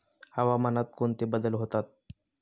हवामानात कोणते बदल होतात?